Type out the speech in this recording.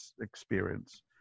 experience